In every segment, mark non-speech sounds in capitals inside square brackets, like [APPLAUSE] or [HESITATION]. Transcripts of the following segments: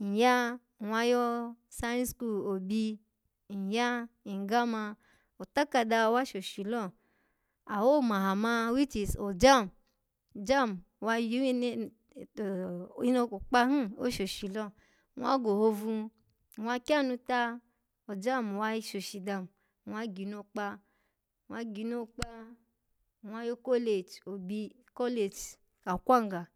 Nyya, nwwa yo science obi, nyya nggama, otakada wa shishi lo awo maha ma which is o jamb-jamb wa [UNINTELLIGIBLE] inokpa him oshoshi lo nwwa gohovu, nwwa kyanu ta o jamb wa shoshi damnwwa ginokpa, nwa [NOISE] yo college obi, college akwanga,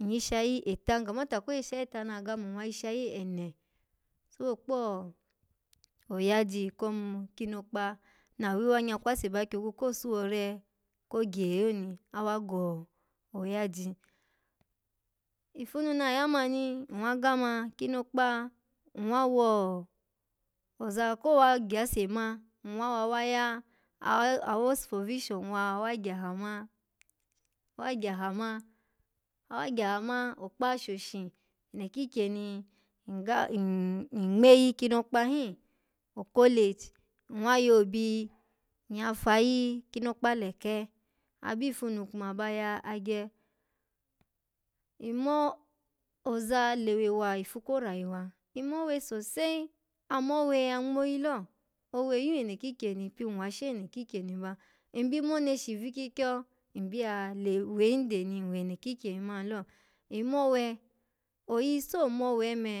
nyyishayi eta, nkamata ko yishayi eta na gama, nwwa yishayi ene, sobo kpo-oyaji ko ma-kinokpa na w-anyakwase ba kyogwu ko suwore kogye yo ni, awa go oyaji ifu nu na ya mani, nwwa gama kinokpa, nwwa wo-o-oza kowa gyasema, nwwa wa wa ya [UNINTELLIGIBLE] awo yo supervision wa wawa gyaha ma, wa gyaha ma awa gyaha ma, okpa shioshi, eno kikyeni nggam [HESITATION] nngeyi kinokpa hin oi college nwwa yo obi, nyya fayi kinokpa leke abifu nu kuma ba ya, agye nmo oza lewewa ifu ko rayuwa, nmowe sosai amma owe ya ngmoyi lo owe yim eno kikyeni pin washe eno kikyeni ma nbi moneshi vikyikyo, nbiya le-we inde ni nwwe eno kikyeni man lo in mowe, oyi so mowe ime.